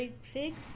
figs